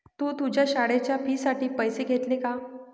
तू तुझ्या शाळेच्या फी साठी पैसे घेतले का?